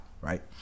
right